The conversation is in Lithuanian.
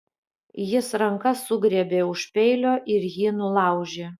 jis ranka sugriebė už peilio ir jį nulaužė